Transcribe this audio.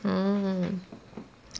orh